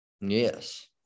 Yes